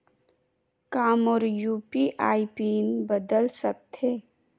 का मोर UPI PIN बदल सकथे?